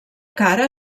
cara